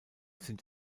sind